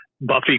Buffy